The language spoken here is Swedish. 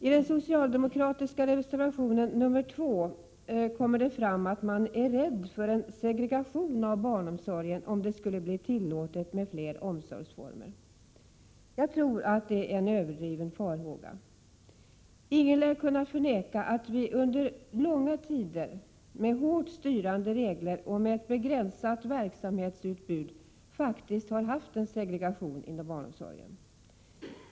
I den socialdemokratiska reservationen nr 2 kommer det fram att man är rädd för en segregation av barnomsorgen, om det skulle bli tillåtet med fler omsorgsformer. Jag tror att det är en överdriven farhåga. Ingen lär kunna förneka att vi under långa tider med hårt styrande regler och med ett begränsat verksamhetsutbud faktiskt har haft en segregation inom barnomsorgen.